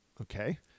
okay